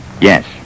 yes